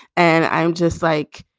and i'm just like,